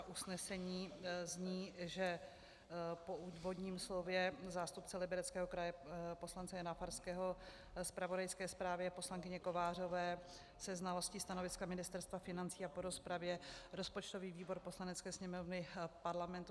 Usnesení zní, že po úvodním slově zástupce Libereckého kraje poslance Jana Farského, zpravodajské zprávě poslankyně Kovářové, se znalostí stanoviska Ministerstva financí a po rozpravě, rozpočtový výbor Poslanecké sněmovny Parlamentu